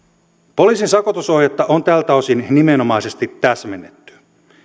poliisin sakotusohjetta on tältä osin nimenomaisesti täsmennetty